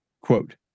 quote